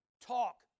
talk